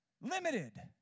limited